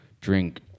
drink